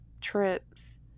trips